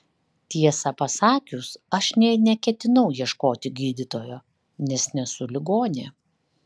tiesą pasakius aš nė neketinau ieškoti gydytojo nes nesu ligonė